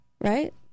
right